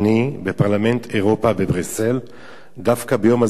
בפרלמנט אירופה בבריסל דווקא ביום הזיכרון